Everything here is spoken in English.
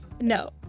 No